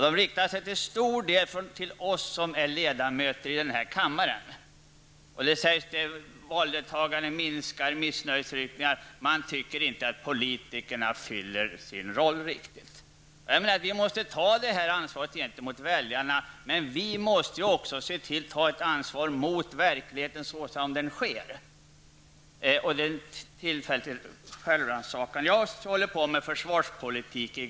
De riktar sig till stor del mot oss ledamöter i denna kammare. Valdeltagandet minskar, det förekommer missnöjesyttringar, och människor tycker inte att politikerna riktigt fyller sin funktion. Vi måste ta detta ansvar mot väljarna, men vi måste också se till att ta ett ansvar för verkligheten såsom den är. Jag har i ganska många år hållit på med försvarspolitik.